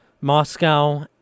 Moscow